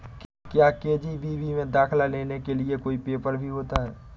क्या के.जी.बी.वी में दाखिला लेने के लिए कोई पेपर भी होता है?